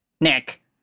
Nick